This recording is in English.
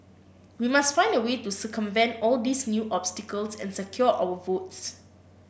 we must find a way to circumvent all these new obstacles and secure our votes